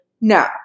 No